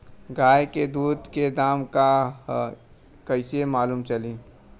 गाय के दूध के दाम का ह कइसे मालूम चली?